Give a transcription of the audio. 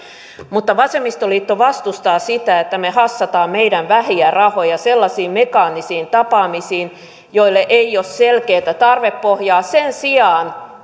mutta vasemmistoliitto vastustaa sitä että me hassaamme meidän vähiä rahojamme sellaisiin mekaanisiin tapaamisiin joille ei ole selkeää tarvepohjaa sen sijaan